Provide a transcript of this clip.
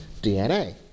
DNA